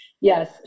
yes